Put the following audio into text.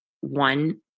one